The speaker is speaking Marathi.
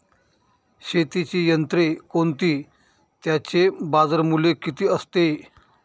शेतीची यंत्रे कोणती? त्याचे बाजारमूल्य किती असते?